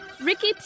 Ricky